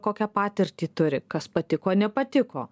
kokią patirtį turi kas patiko nepatiko